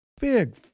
big